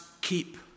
keep